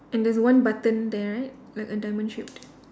and there's one button there right like a diamond shaped